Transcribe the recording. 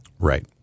Right